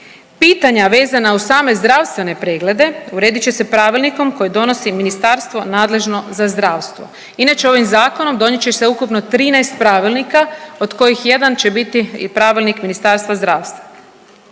Pitanja vezana uz same zdravstvene preglede uredit će se pravilnikom koje donosi ministarstvo nadležno za zdravstvo. Inače ovim zakonom donijet će se ukupno 13 pravilnika od kojih jedan će biti Pravilnik Ministarstva zdravstva.